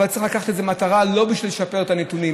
אבל צריך לקחת את זה לא במטרה לשפר את הנתונים,